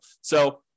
So-